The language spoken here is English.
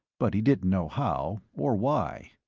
but he didn't know how, or why.